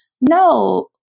No